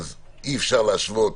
אי אפשר להשוות